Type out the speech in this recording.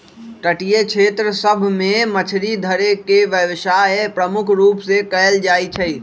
तटीय क्षेत्र सभ में मछरी धरे के व्यवसाय प्रमुख रूप से कएल जाइ छइ